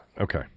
Okay